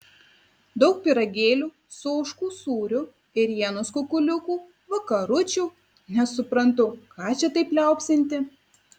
daug pyragėlių su ožkų sūriu ėrienos kukuliukų vakaručių nesuprantu ką čia taip liaupsinti